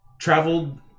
traveled